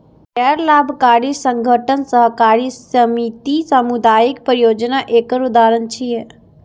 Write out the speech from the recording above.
गैर लाभकारी संगठन, सहकारी समिति, सामुदायिक परियोजना एकर उदाहरण छियै